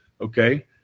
okay